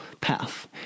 path